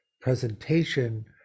presentation